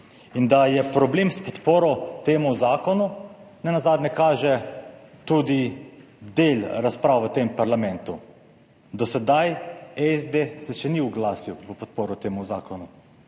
Da je problem s podporo temu zakonu, nenazadnje kaže tudi del razprave v parlamentu. Do sedaj se SD še ni oglasil v podporo temu zakonu,